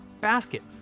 basket